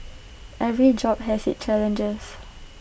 every job has its challenges